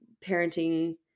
parenting